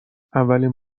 اولین